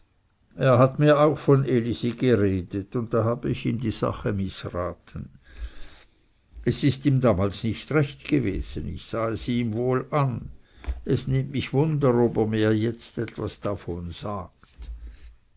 er hat mir auch von elisi geredet und da habe ich ihm die sache mißraten es ist ihm damals nicht recht gewesen ich sah es ihm wohl an es nimmt mich wunder ob er mir jetzt etwas davon sagt